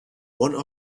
one